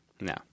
No